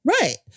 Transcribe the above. Right